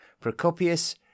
Procopius